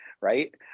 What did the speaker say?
right